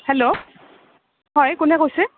hello হয় কোনে কৈছে